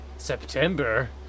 September